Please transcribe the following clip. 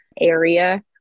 area